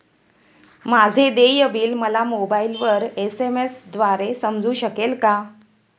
माझे देय बिल मला मोबाइलवर एस.एम.एस द्वारे समजू शकेल का?